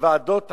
בוועדות החוקה,